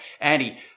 Andy